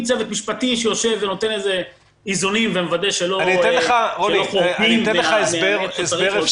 עם צוות משפטי שיושב ונותן איזונים ומוודא שלא חורגים ממה שצריך,